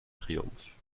triumph